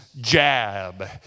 jab